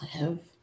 live